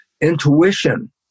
intuition